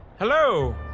Hello